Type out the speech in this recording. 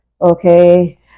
Okay